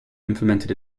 implemented